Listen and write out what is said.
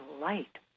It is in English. light